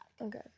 Okay